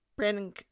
Brandon